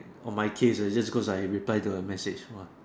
for my case cause just cause I reply to her message what